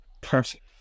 Perfect